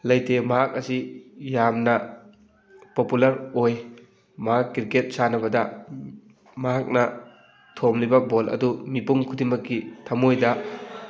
ꯂꯩꯇꯦ ꯃꯍꯥꯛ ꯑꯁꯤ ꯌꯥꯝꯅ ꯄꯣꯄꯨꯂꯔ ꯑꯣꯏ ꯃꯍꯥꯛ ꯀ꯭ꯔꯤꯀꯦꯠ ꯁꯥꯟꯅꯕꯗ ꯃꯍꯥꯛꯅ ꯊꯣꯝꯂꯤꯕ ꯕꯣꯜ ꯑꯗꯨ ꯃꯤꯄꯨꯝ ꯈꯨꯗꯤꯡꯃꯛꯀꯤ ꯊꯃꯣꯏꯗ